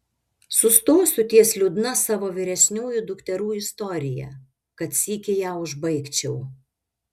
sustosiu ties liūdna savo vyresniųjų dukterų istorija kad sykį ją užbaigčiau